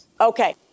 Okay